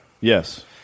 Yes